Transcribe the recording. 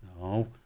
No